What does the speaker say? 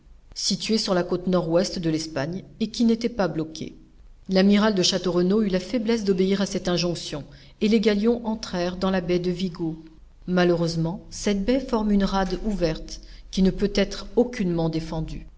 située sur la côte nord-ouest de l'espagne et qui n'était pas bloquée l'amiral de château renaud eut la faiblesse d'obéir à cette injonction et les galions entrèrent dans la baie de vigo malheureusement cette baie forme une rade ouverte qui ne peut être aucunement défendue